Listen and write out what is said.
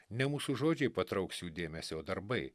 ne mūsų žodžiai patrauks jų dėmesį o darbai